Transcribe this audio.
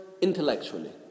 intellectually